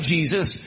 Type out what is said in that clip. Jesus